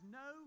no